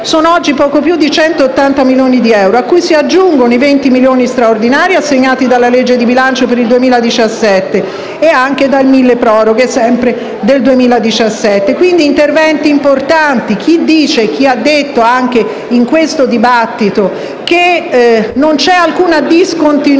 sono oggi poco più di 180 milioni di euro, a cui si aggiungono 20 milioni straordinari assegnati dalla legge di bilancio per il 2017 e anche dal milleproroghe del 2017. Si tratta quindi di interventi importanti e chi ha detto, anche in questo dibattito, che non c'è alcuna discontinuità